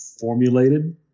formulated